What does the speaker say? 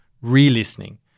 re-listening